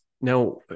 Now